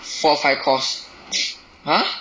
four five course !huh!